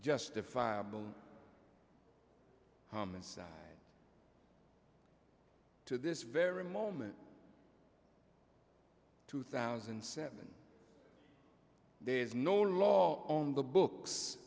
justifiable homicide to this very moment two thousand and seven there is no law on the books